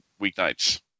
weeknights